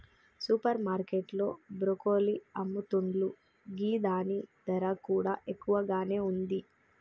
super market లో broccoli అమ్ముతున్లు గిదాని ధర కూడా ఎక్కువగానే ఉంది